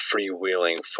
freewheeling